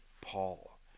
Paul